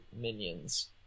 minions